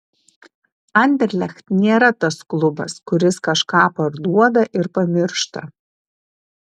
anderlecht nėra tas klubas kuris kažką parduoda ir pamiršta